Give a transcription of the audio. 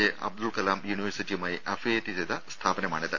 J Abdul Kalam യൂണിവേഴ്സിറ്റിയുമായി affiliate ചെയ്ത സ്ഥാപനമാണിത്